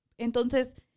Entonces